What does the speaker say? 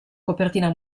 copertina